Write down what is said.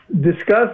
Discuss